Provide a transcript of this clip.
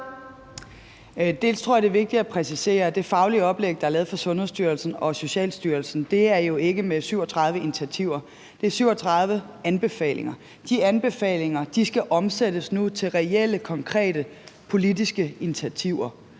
Jeg tror, det er vigtigt at præcisere, at det faglige oplæg, der er lavet fra Sundhedsstyrelsen og Socialstyrelsens side, jo ikke er med 37 initiativer, men 37 anbefalinger. De anbefalinger skal omsættes nu til reelle, konkrete politiske initiativer